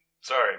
Sorry